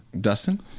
Dustin